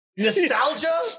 nostalgia